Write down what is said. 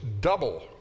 double